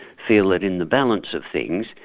feel that in the balance of things,